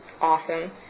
awesome